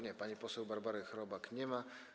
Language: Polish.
Nie, pani poseł Barbary Chrobak nie ma.